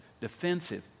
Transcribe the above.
defensive